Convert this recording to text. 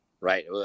right